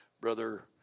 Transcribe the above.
Brother